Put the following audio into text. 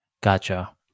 Gotcha